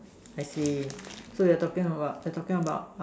I see so you are talking about you are talking about what